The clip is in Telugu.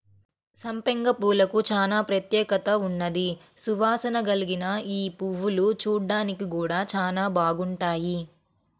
సంపెంగ పూలకు చానా ప్రత్యేకత ఉన్నది, సువాసన కల్గిన యీ పువ్వులు చూడ్డానికి గూడా చానా బాగుంటాయి